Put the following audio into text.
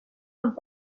amb